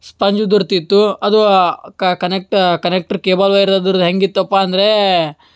sponge ಉದುರ್ತಿತ್ತು ಅದು connect connector cable wire ಅದರ್ದು ಹೇಗಿತ್ತಪ್ಪ ಅಂದರೆ